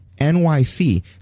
NYC